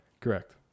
Correct